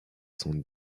son